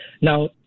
Now